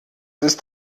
ist